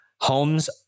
homes